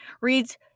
reads